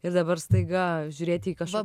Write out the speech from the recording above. ir dabar staiga žiūrėti į kažkokį